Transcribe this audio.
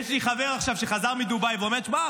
יש לי חבר שחזר עכשיו מדובאי ואומר: שמע,